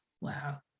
Wow